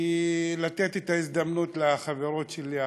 כי, לתת את ההזדמנות לחברות שלי הח"כיות,